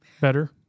Better